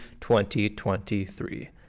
2023